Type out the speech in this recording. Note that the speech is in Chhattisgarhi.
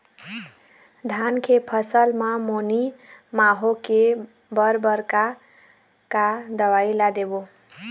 धान के फसल म मैनी माहो के बर बर का का दवई ला देबो?